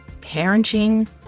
parenting